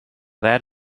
that